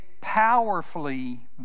powerfully